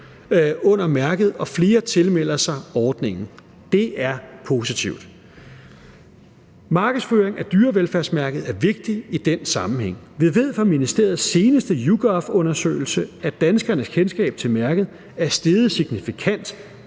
under mærket, og flere tilmelder sig ordningen. Det er positivt. Markedsføring af dyrevelfærdsmærket er vigtigt i den sammenhæng. Vi ved fra ministeriets seneste YouGov-undersøgelse, at danskernes kendskab til mærket er steget signifikant